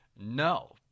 No